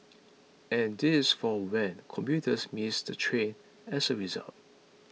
and this for when commuters miss the train as a result